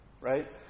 right